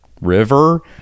river